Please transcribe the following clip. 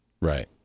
Right